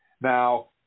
Now